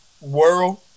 world